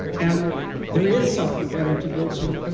and there is something better to go to. and